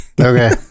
Okay